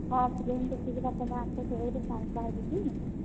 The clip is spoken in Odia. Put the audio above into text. ହଁ ଫିଲ୍ମ ଦେଖିଯିବା ତୁମେ ଆସ କେବେ ଗୁଟେ ବାହାରିକି